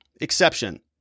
exception